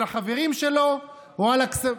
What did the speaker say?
של החברים שלו, או על הכספים,